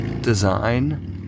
design